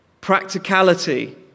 Practicality